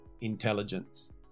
intelligence